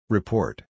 Report